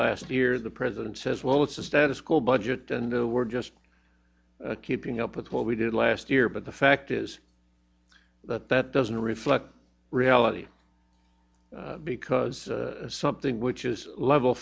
last year the president says well it's a status quo budget and we're just keeping up with what we did last year but the fact is that that doesn't reflect reality because something which is level